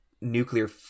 nuclear